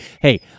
hey